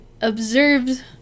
observed